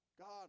God